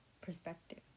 perspective